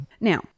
Now